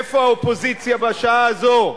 איפה האופוזיציה בשעה הזאת?